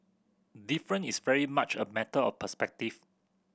different is very much a matter of perspective